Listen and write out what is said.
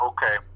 Okay